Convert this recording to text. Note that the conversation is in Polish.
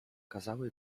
kazały